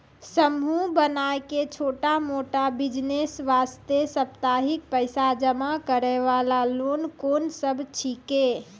समूह बनाय के छोटा मोटा बिज़नेस वास्ते साप्ताहिक पैसा जमा करे वाला लोन कोंन सब छीके?